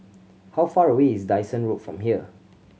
how far away is Dyson Road from here